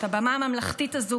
את הבמה הממלכתית הזו,